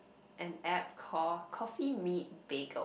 an app called coffee meet bagel